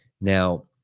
Now